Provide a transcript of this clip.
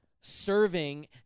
serving